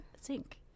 sink